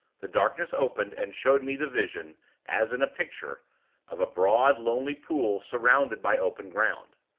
the darkness opened, and showed me the vision as in a picture of a broad, lonely pool, surrounded by open ground.